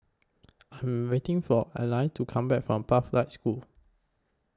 I Am waiting For Alia to Come Back from Pathlight School